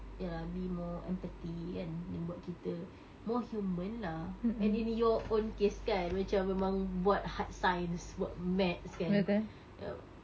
err be more empathy kan dan buat kita more human lah and in your own case kan macam memang buat hard science buat maths kan err